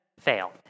Fail